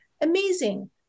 amazing